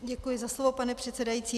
Děkuji za slovo, pane předsedající.